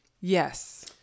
Yes